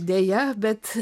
deja bet